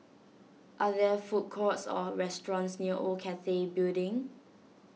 are there food courts or restaurants near Old Cathay Building